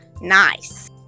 nice